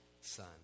Son